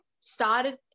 started